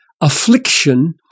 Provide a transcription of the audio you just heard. affliction